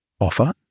Offer